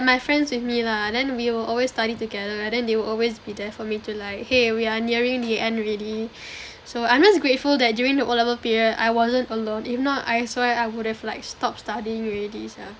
my friends with me lah then we will always study together then they will always be there for me to like !hey! we're nearing the end already so I'm just grateful that during the O level period I wasn't alone if not I swear I would have like stopped studying already sia